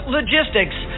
Logistics